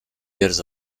years